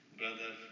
brother